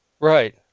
Right